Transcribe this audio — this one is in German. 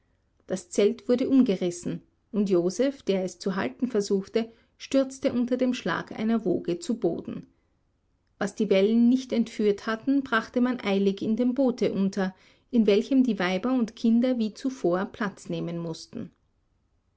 das zelt wurde umgerissen und joseph der es zu halten versuchte stürzte unter dem schlag einer woge zu boden was die wellen nicht entführt hatten brachte man eilig in dem boote unter in welchem die weiber und kinder wie zuvor platz nehmen mußten